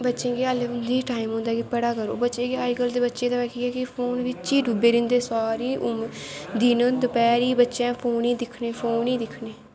बच्चें गी हालें बी टाईम होंदा कि पढ़ा करो बच्चें दा अज कल दे बच्चें दा एह् ऐ कि फोन बिच्च ई डुब्बे रैंह्दे सारी उमर दिन दपैह्रीं बच्चैं फोन ई दिक्खना फोन ई दिक्खने